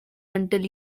until